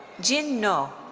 jin noh.